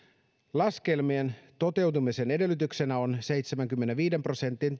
laskelmien toteutumisen edellytyksenä on seitsemänkymmenenviiden prosentin